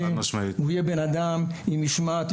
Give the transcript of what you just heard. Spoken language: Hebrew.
הוא יהיה בנאדם עם משמעת,